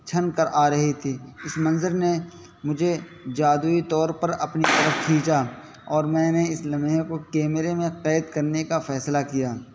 چھن کر آ رہی تھی اس منظر نے مجھے جادوئی طور اپنی طرف کھینچا اور میں نے اس لمحے کو کیمرے میں قید کرنے کا فیصلہ کیا